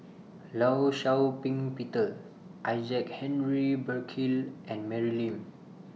law Shau Ping Peter Isaac Henry Burkill and Mary Lim